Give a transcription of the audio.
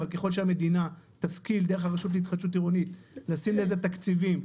אבל ככל שהמדינה תשכיל דרך הרשות להתחדשות עירונית לשים לזה תקציבים,